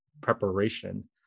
preparation